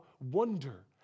wonder